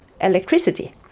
electricity